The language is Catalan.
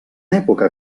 època